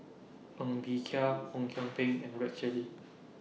Ng Bee Kia Ong Kian Peng and Rex Shelley